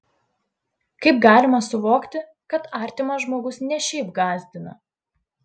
kaip galima suvokti kad artimas žmogus ne šiaip gąsdina